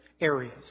areas